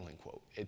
quote